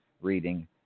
reading